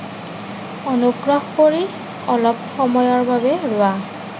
অনুগ্ৰহ কৰি অলপ সময়ৰ বাবে ৰোৱা